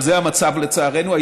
אבל זה המצב, לצערנו.